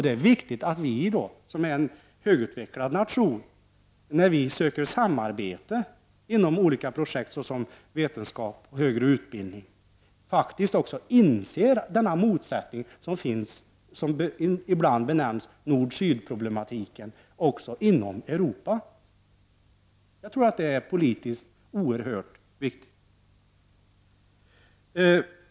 Det är viktigt att vi som högutvecklad nation, när vi söker samarbete inom olika projekt såsom vetenskap och högre utbildning, faktiskt också inser denna motsättning, som ibland benämns nord —syd-problematiken, också inom Europa. Jag tror detta är politiskt oerhört viktigt.